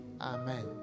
Amen